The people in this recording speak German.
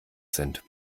sind